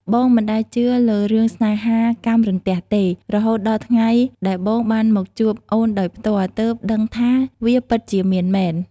បងមិនដែលជឿលើរឿងស្នេហាកាំរន្ទះទេ រហូតដល់ថ្ងៃដែលបងបានមកជួបអូនដោយផ្ទាល់ ទើបដឹងថាវាពិតជាមានមែន។